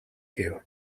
гэв